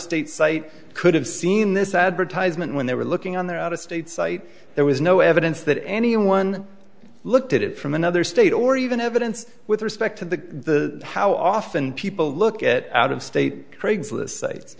state site could have seen this advertisement when they were looking on their out of state site there was no evidence that anyone looked at it from another state or even evidence with respect to the how often people look at out of state craigslist site